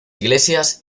iglesias